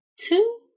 two